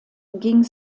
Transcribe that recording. ging